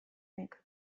nik